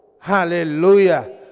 Hallelujah